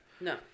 No